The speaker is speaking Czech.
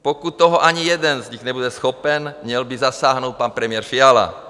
Pokud toho ani jeden z nich nebude schopen, měl by zasáhnout pan premiér Fiala.